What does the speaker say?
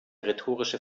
rhetorische